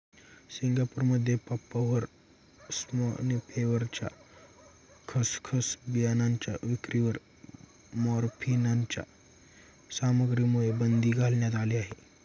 सिंगापूरमध्ये पापाव्हर सॉम्निफेरमच्या खसखस बियाणांच्या विक्रीवर मॉर्फिनच्या सामग्रीमुळे बंदी घालण्यात आली आहे